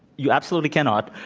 you absolutely cannot,